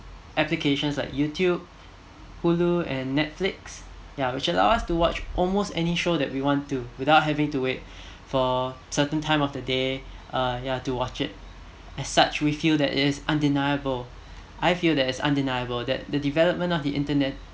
applications like youtube hulu and netflix ya which allow us to watch almost any show that we want to without having to wait for certain time of the day uh ya to watch it as such we feel that it is undeniable I feel that it's undeniable that the development of the internet